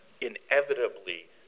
inevitably